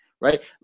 right